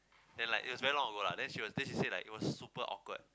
then like it was very long ago lah then she was then she say like it was super awkward